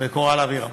וקורל אבירם.